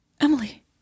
Emily